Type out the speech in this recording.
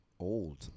old